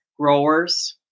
growers